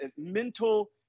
mental